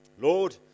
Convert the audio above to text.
Lord